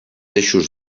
eixos